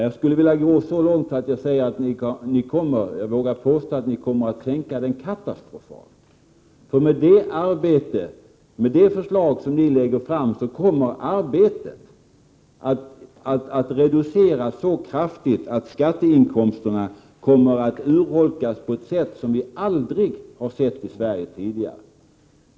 Jag skulle vilja gå så långt att jag vågar påstå att ni kommer att sänka den katastrofalt, för med det förslag som ni lägger fram kommer arbetet att reduceras så kraftigt att skatteinkomsterna kommer att urholkas på ett sätt som vi aldrig tidigare har skådat i Sverige.